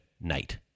night